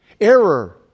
error